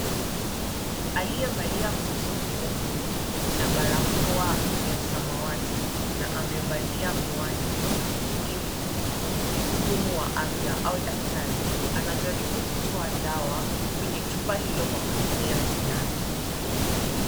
Aliyevalia koti nyeupe na barakoa ya samawati na amevalia miwani ni mhudumu wa afya au daktari. Anajaribu kutoa dawa kwenye chupa hilo kwa kutumia sindano.